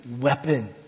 weapon